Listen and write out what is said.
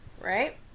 right